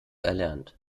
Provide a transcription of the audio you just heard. erlernt